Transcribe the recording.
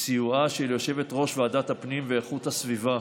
בסיועה של יושבת-ראש ועדת הפנים ואיכות הסביבה